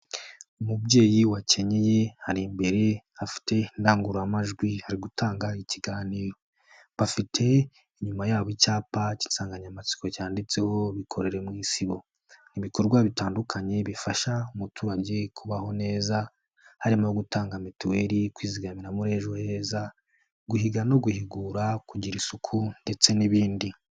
umubyeyi wa kenyeye hari imbere afite indangururamajwi hari gutanga ikiganiro. Afite inyuma yabo icyapa cy'insanganyamatsiko cyanditseho bikore mu isibo ibikorwa bitandukanye bifasha umuturage kubaho neza, Arimo gutanga mituweli, kwizigamira muri ejo heza, guhiga no guhigura kugira.